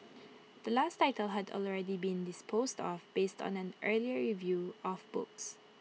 the last title had already been disposed off based on an earlier review of books